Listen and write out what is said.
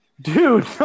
dude